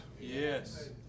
yes